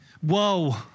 Whoa